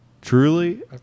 truly